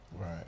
Right